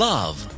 Love